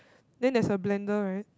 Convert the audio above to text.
then there's a blender right